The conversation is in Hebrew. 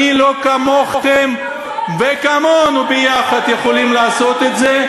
ומי לא כמוכם וכמונו יחד יכולים לעשות את זה,